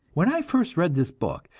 when i first read this book,